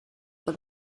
for